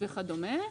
וכדומה,